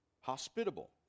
hospitable